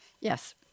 Yes